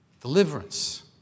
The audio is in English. Deliverance